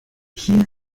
hier